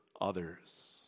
others